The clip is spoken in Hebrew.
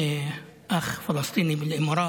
האמירויות, דיבר איתי אח פלסטיני מהאמירויות,